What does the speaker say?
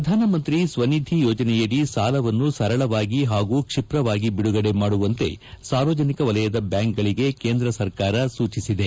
ಪ್ರಧಾನಮಂತ್ರಿ ಸ್ವನಿಧಿ ಯೋಜನೆಯಡಿ ಸಾಲವನ್ನು ಸರಳವಾಗಿ ಹಾಗೂ ಕ್ಷಿಪ್ರವಾಗಿ ಬಿಡುಗಡೆ ಮಾಡುವಂತೆ ಸಾರ್ವಜನಿಕ ವಲಯದ ಬ್ಯಾಂಕ್ಗಳಿಗೆ ಕೇಂದ್ರ ಸರ್ಕಾರ ಸೂಚಿಸಿದೆ